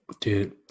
Dude